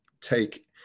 take